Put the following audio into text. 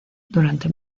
durante